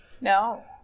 No